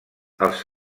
els